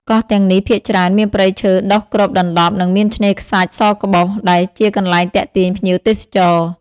កោះទាំងនេះភាគច្រើនមានព្រៃឈើដុះគ្របដណ្តប់ និងមានឆ្នេរខ្សាច់សក្បុស ដែលជាកន្លែងទាក់ទាញភ្ញៀវទេសចរ។